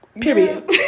Period